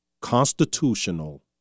constitutional